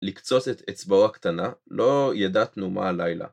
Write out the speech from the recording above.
לקצוץ את אצבעו הקטנה, לא ידעתנו מה הלילה.